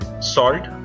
salt